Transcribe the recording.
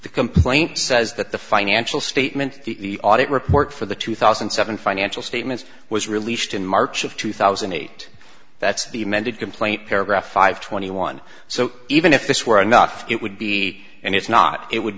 complaint says that the financial statement the audit report for the two thousand and seven financial statements was released in march of two thousand and eight that's be amended complaint paragraph five twenty one so even if this were not it would be and it's not it would